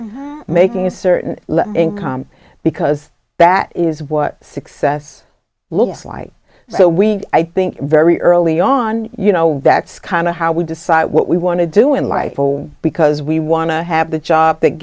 making a certain income because that is what success looks like so we i think very early on you know that's kind of how we decide what we want to do in life because we want to have the job that